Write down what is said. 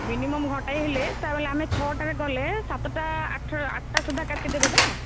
minimum ଘଣ୍ଟାଏ ହେଲେ ତାହେଲେ ଆମେ ଛଅଟାରେ ଗଲେ ସାତଟା ଆଠଟା ସୁଦ୍ଧା କାଟିଦେବେ ତ